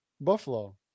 Buffalo